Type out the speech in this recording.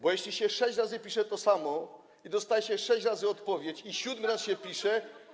Bo jeśli sześć razy pisze się to samo i dostaje się sześć razy odpowiedź i siódmy raz się pisze.